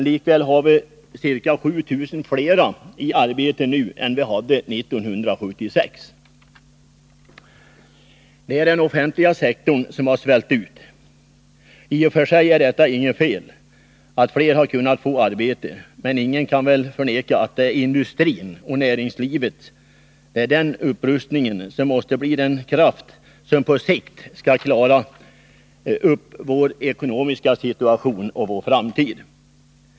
Likväl har vi ca 7 000 fler i arbete nu än vi hade 1976. Det är den offentliga sektorn som har svällt ut. I och för sig är det inget fel att fler har kunnat få arbete, men ingen kan väl förneka att det är industrin och näringslivet som måste bli den kraft som på sikt skall klara upp vår ekonomiska situation och vår framtid.